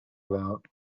about